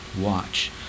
watch